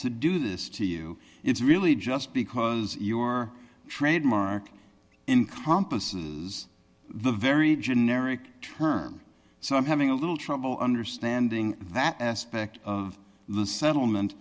to do this to you it's really just because your trademark encompasses the very generic term so i'm having a little trouble understanding that aspect of the settlement